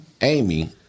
Amy